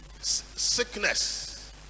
Sickness